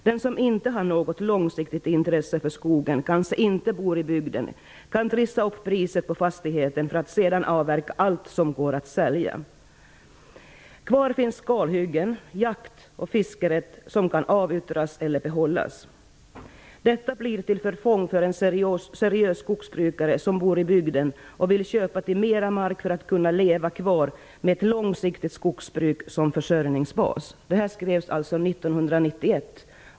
Den som inte har något långsiktigt intresse för skogen, kanske inte bor i bygden, kan trissa upp priset på fastigheten för att sedan avverka allt som går att sälja. Kvar finns kalhyggen, jakt och fiskerätt, som kan avyttras eller behållas. Detta blir till förfång för en seriös skogsbrukare, som bor i bygden och vill köpa till mera mark för att kunna leva kvar med ett långsiktigt skogsbruk som försörjningsbas." Detta skrevs alltså 1991.